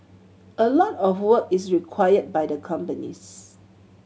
a lot of work is required by the companies